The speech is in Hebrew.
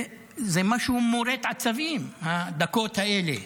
זה משהו מורט עצבים, הדקות האלה,